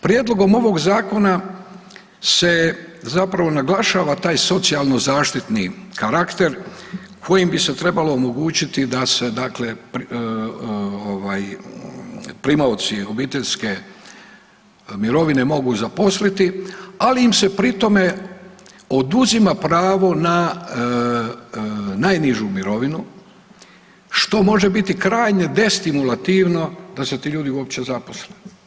Prijedlogom ovog zakona se zapravo naglašava taj socijalno zaštiti karakter kojim bi se trebalo omogućiti da se dakle primaoci obiteljske mirovine mogu zaposliti, ali im se pri tome oduzima pravo na najnižu mirovinu što može biti krajnje destimulativno da se ti ljudi uopće zaposle.